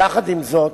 יחד עם זאת,